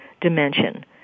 dimension